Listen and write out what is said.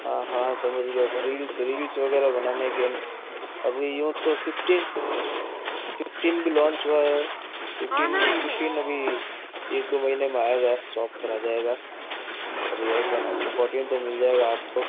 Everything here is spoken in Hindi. हाँ हाँ समझ गया वगैरह बनाने के अभी यूँ तो फिफ्टीन फिफ्टीन भी लोंच हुआ है फिफ्टीन फिफ्टीन अभी एक दो महीने में आएगा शॉप पर आ जाएगा अभी एस वन आपको फोर्टीन प्रो मिल जाएगा आपको